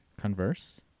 Converse